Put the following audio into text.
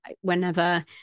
whenever